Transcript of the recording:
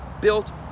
built